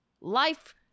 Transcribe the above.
Life-